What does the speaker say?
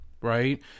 right